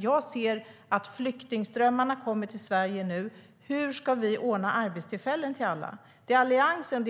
Jag ser flyktingströmmarna till Sverige. Hur ska vi ordna arbetstillfällen till alla? Alliansen